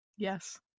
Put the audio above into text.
Yes